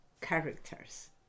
characters